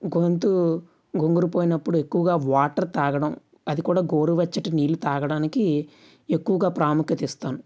గొంతు బొంగురుపోయినప్పుడు ఎక్కువగా వాటర్ తాగడం అది కూడా గోరువెచ్చటి నీళ్ళు తాగడానికి ఎక్కువగా ప్రాముఖ్యత ఇస్తాను